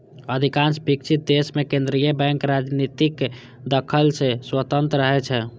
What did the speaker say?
अधिकांश विकसित देश मे केंद्रीय बैंक राजनीतिक दखल सं स्वतंत्र रहै छै